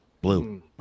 Blue